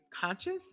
conscious